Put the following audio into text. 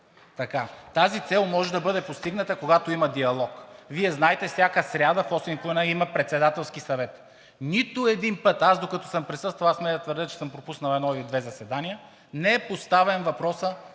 Тази цел може да бъде постигната, когато има диалог. Вие знаете, че всяка сряда в осем и половина има Председателски съвет. Нито един път – докато съм присъствал, аз смея да твърдя, че съм пропуснал едно или две заседания, не е поставен въпросът